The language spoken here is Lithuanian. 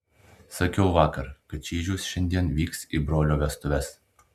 sakiau vakar kad čyžius šiandien vyks į brolio vestuves